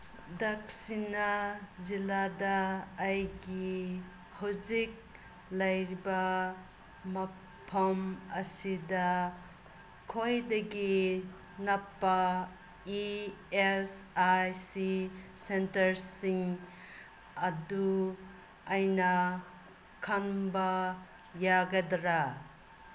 ꯗꯛꯁꯤꯅꯥ ꯖꯤꯂꯥꯗ ꯑꯩꯒꯤ ꯍꯧꯖꯤꯛ ꯂꯩꯔꯤꯕ ꯃꯐꯝ ꯑꯁꯤꯗ ꯈ꯭ꯋꯥꯏꯗꯒꯤ ꯅꯛꯄ ꯏ ꯑꯦꯁ ꯑꯥꯏ ꯁꯤ ꯁꯦꯟꯇꯔꯁꯤꯡ ꯑꯗꯨ ꯑꯩꯅ ꯈꯪꯕ ꯌꯥꯒꯗ꯭ꯔꯥ